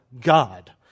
God